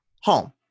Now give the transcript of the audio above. Home